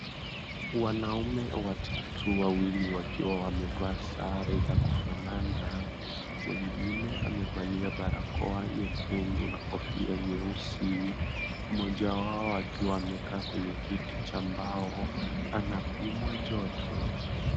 Wanaume watatu wawili wakiwa wamevaa sare za kufanana mwingine amevalia barakoa nyekundu na kofia nyeusi, mmoja wao akiwa ameketi kwenye kiti cha mbao anapimwa joto.